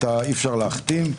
אי אפשר להחתים.